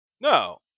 No